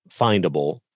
findable